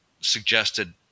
suggested